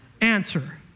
answer